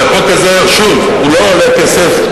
והחוק הזה, שוב, הוא לא עולה כסף.